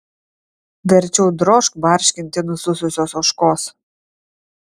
verčiau drožk barškinti nusususios ožkos